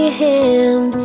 hand